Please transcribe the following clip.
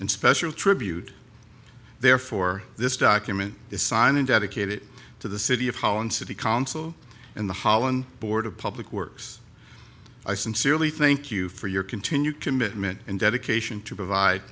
and special tribute therefore this document is signed and dedicated to the city of holland city council and the holland board of public works i sincerely thank you for your continued commitment and dedication to provide